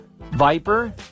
Viper